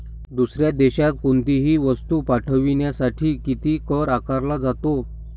दुसऱ्या देशात कोणीतही वस्तू पाठविण्यासाठी किती कर आकारला जातो?